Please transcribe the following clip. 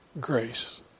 grace